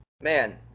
man